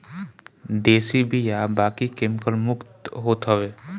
देशी बिया बाकी केमिकल मुक्त होत हवे